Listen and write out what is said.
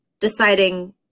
deciding